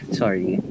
sorry